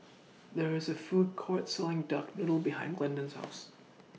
There IS A Food Court Selling Duck Noodle behind Glendon's House